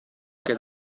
che